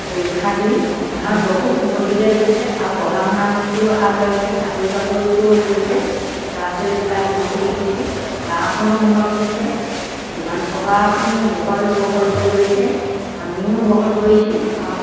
উৎসাহ দি সিহঁত বহুত উন্নতিলৈ গৈছে আৰু পঢ়া শুনাৰ প্ৰতিও আগবাঢ়িছে চাকৰি বাকৰিতেও গৈছে ল'ৰা ছোৱালীবিলাক উন্নতি দেখিছোঁ গাঁওখনো উন্নত হৈছে দোকান পোহাৰখনে বহল বহল হৈ গৈছে আমিও বহল কৰিছোঁ আৰু